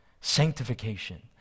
sanctification